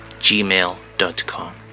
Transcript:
gmail.com